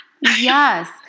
yes